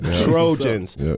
Trojans